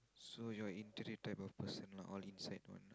so you are interim type of person lah all inside one